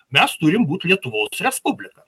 mes turim būt lietuvos respublika